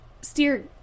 steer